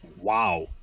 Wow